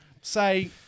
say